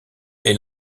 est